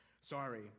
sorry